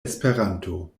esperanto